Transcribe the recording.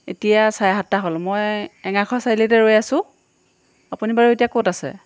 এতিয়া চাৰে সাতটা হ'ল মই এঙাৰখোৱা চাৰিআলিতে ৰৈ আছোঁ আপুনি বাৰু এতিয়া ক'ত আছে